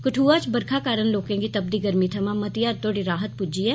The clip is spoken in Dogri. कदुआ च बरखा कारण लोकें गी तपदी गर्मी थमां मती हद्द तोड़ी राह्त पुज्जी ऐ